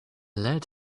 lead